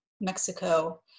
Mexico